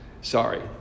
Sorry